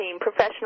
professional